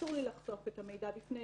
אסור לי לחשוף את המידע בפני